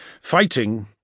Fighting